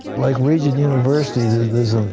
like regent university. there is is ah